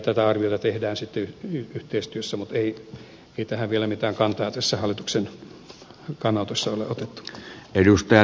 tätä arviota tehdään sitten yhteistyössä mutta ei tähän vielä mitään kantaa tässä hallituksen kannanotossa ole otettu